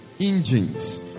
engines